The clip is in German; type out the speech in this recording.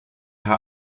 herr